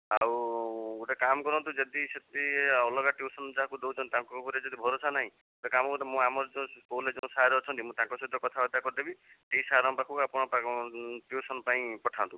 ଆଉ ଗୋଟେ କାମ କରନ୍ତୁ ଯଦି ସେଠି ଅଲଗା ଟ୍ୟୁସନ୍ ଯାହାକୁ ଦେଉଛନ୍ତି ତାଙ୍କ ଉପରେ ଯଦି ଭରସା ନାଇଁ ଗୋଟେ କାମ କରନ୍ତୁ ମୁଁ ଆମର ଯୋଉ ସ୍କୁଲ୍ ରେ ଯୋଉ ସାର୍ ଅଛନ୍ତି ମୁଁ ତାଙ୍କ ସହିତ କଥାବାର୍ତ୍ତା କରିଦେବି ସେଇ ସାର୍ଙ୍କ ପାଖକୁ ଆପଣ ତା'କୁ ଟ୍ୟୁସନ୍ ପାଇଁ ପଠାନ୍ତୁ